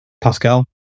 Pascal